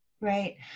Right